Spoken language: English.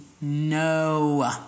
no